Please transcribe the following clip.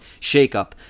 shakeup